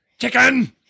Chicken